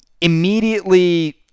immediately